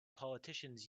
politicians